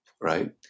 right